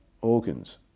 organs